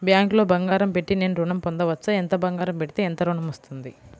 బ్యాంక్లో బంగారం పెట్టి నేను ఋణం పొందవచ్చా? ఎంత బంగారం పెడితే ఎంత ఋణం వస్తుంది?